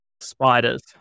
spiders